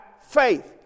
faith